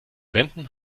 wänden